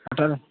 اٹر